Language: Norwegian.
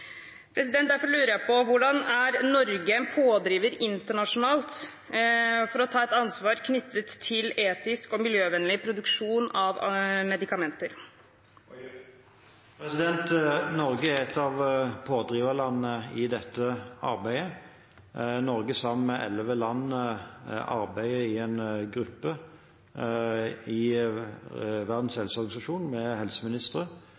Derfor lurer jeg på: Hvordan er Norge en pådriver internasjonalt for å ta et ansvar knyttet til etisk og miljøvennlig produksjon av medikamenter? Norge er et av pådriverlandene i dette arbeidet. Norge arbeider sammen med elleve land i en gruppe i Verdens helseorganisasjon med helseministre